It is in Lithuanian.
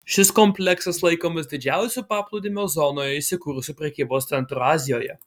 šis kompleksas laikomas didžiausiu paplūdimio zonoje įsikūrusiu prekybos centru azijoje